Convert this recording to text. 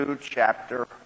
chapter